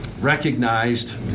recognized